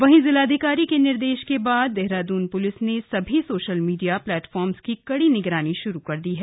वहीं जिलाधिकारी के निर्देश के बाद देहरादून प्लिस ने सभी सोशल मीडिया प्लेटफार्म की कड़ी निगरानी शुरू कर दी है